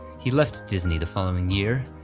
he left disney the following year,